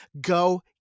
Go